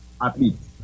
athletes